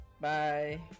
bye